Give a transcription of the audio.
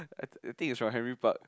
I I think is from Henry Park